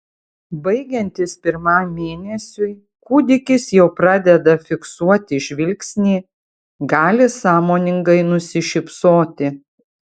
baigiantis pirmam mėnesiui kūdikis jau pradeda fiksuoti žvilgsnį gali sąmoningai nusišypsoti